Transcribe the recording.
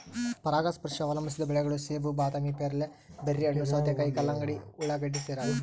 ಪರಾಗಸ್ಪರ್ಶ ಅವಲಂಬಿಸಿದ ಬೆಳೆಗಳು ಸೇಬು ಬಾದಾಮಿ ಪೇರಲೆ ಬೆರ್ರಿಹಣ್ಣು ಸೌತೆಕಾಯಿ ಕಲ್ಲಂಗಡಿ ಉಳ್ಳಾಗಡ್ಡಿ ಸೇರವ